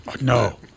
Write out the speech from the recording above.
No